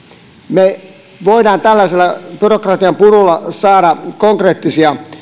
me voimme tällaisella byrokratianpurulla saada konkreettisia